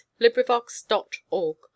LibriVox.org